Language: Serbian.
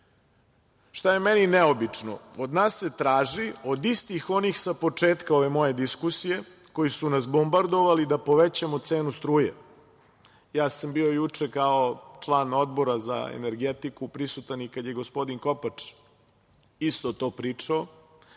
je meni neobično? Od nas se traži, od istih onih sa početka ove moje diskusije koji su nas bombardovali, da povećamo cenu struje. Ja sam bio juče kao član Odbora za energetiku prisutan i kada je gospodin Kopač isto to pričao